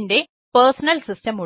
എൻറെ personal system